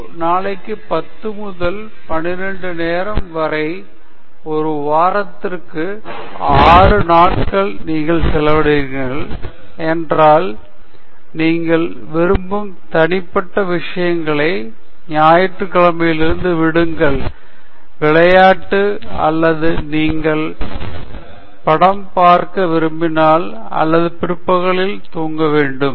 ஒரு நாளைக்கு 10 முதல் 12 மணிநேரம் வரை ஒரு வாரத்திற்கு 6 நாட்களை நீங்கள் செலவிடுகிறீர்கள் என்றால் நீங்கள் விரும்பும் தனிப்பட்ட விஷயங்களுக்கு ஞாயிற்றுக்கிழமையிலிருந்து விடுங்கள் விளையாட்டு அல்லது நீங்கள் படம் பார்க்க விரும்பினால் அல்லது பிற்பகலில் தூங்க வேண்டும்